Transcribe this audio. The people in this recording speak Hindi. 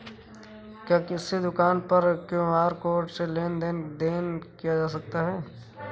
क्या किसी दुकान पर क्यू.आर कोड से लेन देन देन किया जा सकता है?